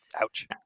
Ouch